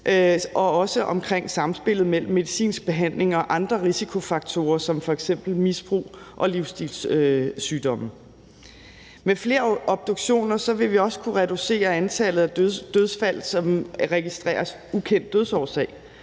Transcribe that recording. og også omkring samspillet mellem medicinsk behandling og andre risikofaktorer som f.eks. misbrug og livsstilssygdomme. Med flere obduktioner vil vi også kunne reducere antallet af dødsfald, som registreres med ukendt dødsårsag,